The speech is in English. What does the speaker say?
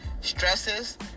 stresses